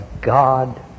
God